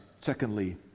Secondly